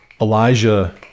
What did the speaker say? Elijah